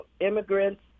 immigrants